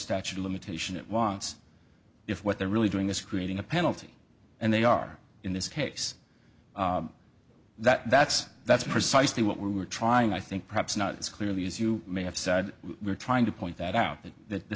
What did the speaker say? statute of limitation it wants if what they're really doing is creating a penalty and they are in this case that that's that's precisely what we're trying i think perhaps not as clearly as you may have said we're trying to point that out that th